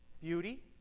Beauty